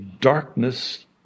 darkness